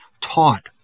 taught